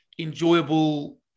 enjoyable